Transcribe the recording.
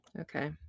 Okay